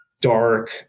dark